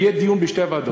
יהיה דיון בשתי הוועדות.